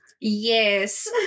yes